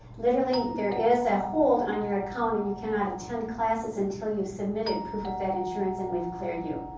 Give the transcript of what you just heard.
literally, there is a hold on your account and you cannot attend classes until you've submitted proof of that insurance and we've cleared you.